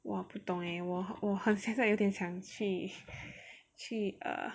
我不懂诶我我很现在有点想去去 err